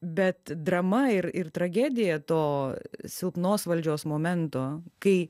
bet drama ir ir tragedija to silpnos valdžios momento kai